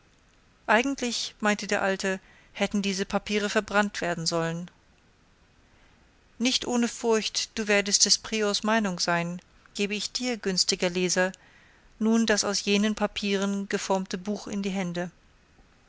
eigentlich meinte der alte hätten diese papiere verbrannt werden sollen nicht ohne furcht du werdest des priors meinung sein gebe ich dir günstiger leser nun das aus jenen papieren geformte buch in die hände